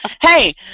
hey